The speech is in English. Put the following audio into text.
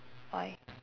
why